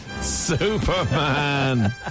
Superman